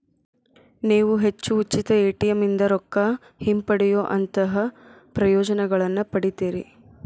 ನೇವು ಹೆಚ್ಚು ಉಚಿತ ಎ.ಟಿ.ಎಂ ಇಂದಾ ರೊಕ್ಕಾ ಹಿಂಪಡೆಯೊಅಂತಹಾ ಪ್ರಯೋಜನಗಳನ್ನ ಪಡಿತೇರಿ